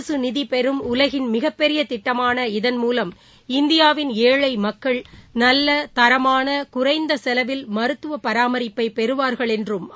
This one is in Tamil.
அரசுநிதிபெறும் உலகின் மிகப்பெரியதிட்டமான இதன் மூலம் இந்தியாவின் ஏழழமக்கள் நல்ல தரமான குறைந்தசெலவில் மருத்துவபராமரிப்பைபெறுவார்கள் என்றும் கூறினார்